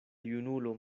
junulo